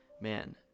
man